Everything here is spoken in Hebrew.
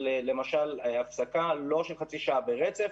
למשל הפסקה לא של חצי שעה ברצף,